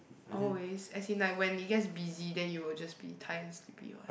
always as in like when it gets busy then you will just be tired and sleepy what